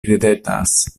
ridetas